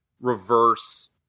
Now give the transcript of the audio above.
reverse